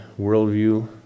worldview